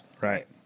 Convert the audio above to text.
right